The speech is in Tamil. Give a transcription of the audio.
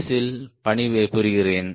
எஸ் இல் பணிபுரிகிறேன்